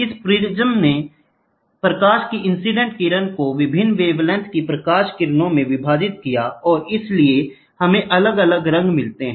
इस प्रिज्म ने प्रकाश कि इंसीडेंट किरण को विभिन्न वेवलेंथ की प्रकाश किरणों में विभाजित किया और इसलिए हमें अलग अलग रंग मिलते हैं